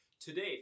Today